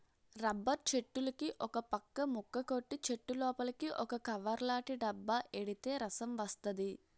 rubber చెట్టులుకి ఒకపక్క ముక్క కొట్టి చెట్టులోపలికి ఒక కవర్లాటి డబ్బా ఎడితే రసం వస్తది